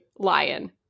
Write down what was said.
lion